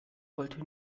wollte